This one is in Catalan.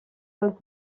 els